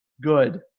good